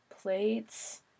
Plates